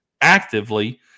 actively